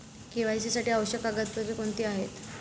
KYC साठी आवश्यक कागदपत्रे कोणती आहेत?